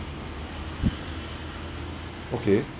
okay